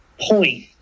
point